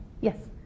Yes